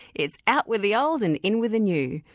it's out with the old and in with the new,